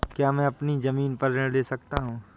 क्या मैं अपनी ज़मीन पर ऋण ले सकता हूँ?